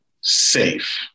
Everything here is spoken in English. safe